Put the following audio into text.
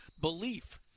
belief